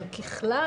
אבל ככלל,